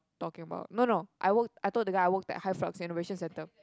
talking about no no I work I told the guy I work at Hyflux innovation centre